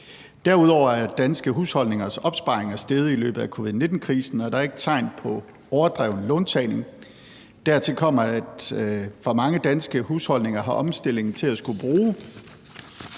Derudover er danske husholdningers opsparinger steget i løbet af covid-19-krisen, og der er ikke tegn på overdreven låntagning. Dertil kommer, at for mange danske husholdninger har omstillingen til at skulle bruge